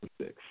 six